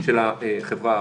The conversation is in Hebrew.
של החברה הערבית,